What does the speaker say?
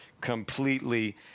completely